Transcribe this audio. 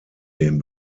dem